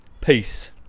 peace